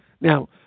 now